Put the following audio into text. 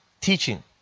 teaching